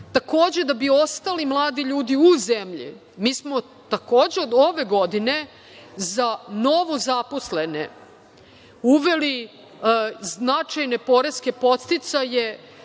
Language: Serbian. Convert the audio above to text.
da bi ostali mladi ljudi u zemlji mi smo takođe od ove godine za novozaposlene uveli značajne poreske podsticaje